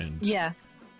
Yes